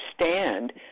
understand